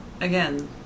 Again